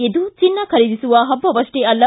ಇದು ಚಿನ್ನ ಖರೀದಿಸುವ ಹಬ್ಬವಹ್ಷೇ ಅಲ್ಲ